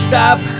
Stop